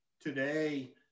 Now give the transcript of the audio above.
today